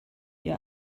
ihr